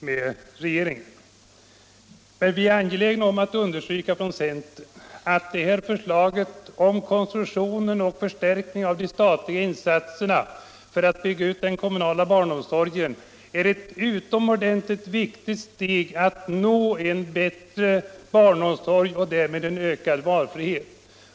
Men vi är från centern angelägna att understryka att förslaget om konstruktionen och förstärkningen av de statliga insatserna för att bygga ut den kommunala barnomsorgen är ett utomordentligt viktigt steg för att nå en bättre barnomsorg och därmed en ökad valfrihet.